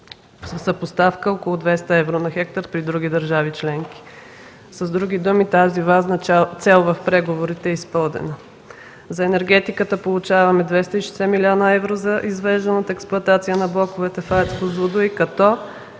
съпоставка около 200 евро/хектар при други държави членки. С други думи, тази важна цел в преговорите е изпълнена. За енергетиката получаваме 260 млн. евро за извеждане от експлоатация на блоковете в АЕЦ „Козлодуй”, като